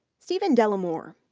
steven dellamore,